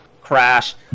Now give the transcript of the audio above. crash